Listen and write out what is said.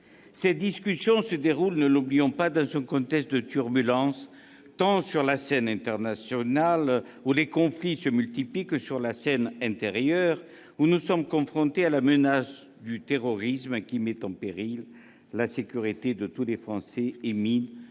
Cette discussion se déroule- ne l'oublions pas ! -dans un contexte de turbulences tant à l'international, où les conflits se multiplient, que sur la scène intérieure, où nous sommes confrontés à la menace du terrorisme qui met en péril la sécurité de tous les Français et mine